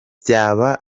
byaba